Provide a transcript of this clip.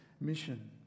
mission